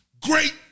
great